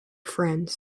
friends